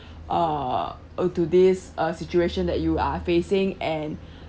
uh oh to this uh situation that you are facing and